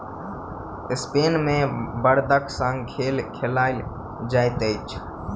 Spain मे बड़दक संग खेल खेलायल जाइत अछि